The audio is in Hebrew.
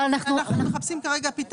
אבל אנחנו כרגע מחפשים פתרון.